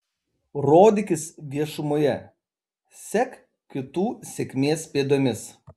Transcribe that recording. rodykis viešumoje sek kitų sėkmės pėdomis